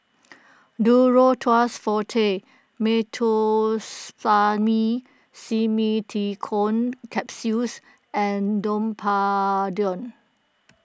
Duro Tuss Forte Meteospasmyl Simeticone Capsules and Domperidone